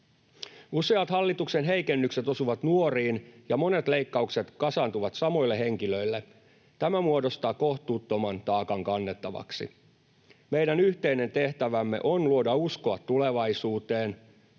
Useat hallituksen heikennykset osuvat nuoriin, ja monet leikkaukset kasaantuvat samoille henkilöille. Tämä muodostaa kohtuuttoman taakan kannettavaksi. Meidän yhteinen tehtävämme on luoda uskoa tulevaisuuteen.